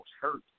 hurt